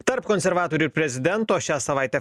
tarp konservatorių ir prezidento šią savaitę